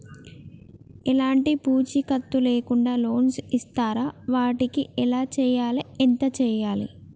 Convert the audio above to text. ఎలాంటి పూచీకత్తు లేకుండా లోన్స్ ఇస్తారా వాటికి ఎలా చేయాలి ఎంత చేయాలి?